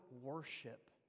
worship